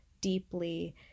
deeply